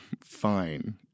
fine